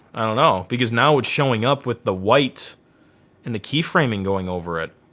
i don't know. because now it's showing up with the white and the key framing going over it.